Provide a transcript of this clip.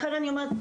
לכן אני אומרת,